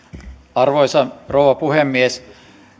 arvoisa rouva puhemies